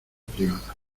privada